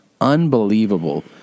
unbelievable